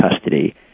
custody